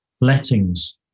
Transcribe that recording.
Lettings